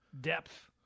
depth